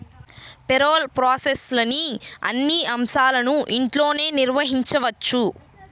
payroll ప్రాసెస్లోని అన్ని అంశాలను ఇంట్లోనే నిర్వహించవచ్చు